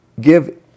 give